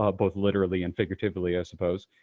ah both literally and figuratively, i suppose,